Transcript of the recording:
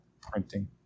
printing